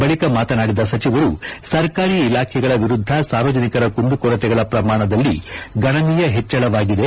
ಬಳಿಕ ಮಾತನಾಡಿದ ಸಚಿವರು ಸರ್ಕಾರಿ ಇಲಾಖೆಗಳ ವಿರುದ್ಧ ಸಾರ್ವಜನಿಕರ ಕುಂದುಕೊರತೆಗಳ ಪ್ರಮಾಣದಲ್ಲಿ ಗಣನೀಯ ಹೆಚ್ಚಳವಾಗಿದೆ